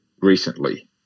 recently